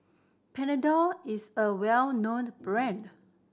Panadol is a well known brand